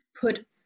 put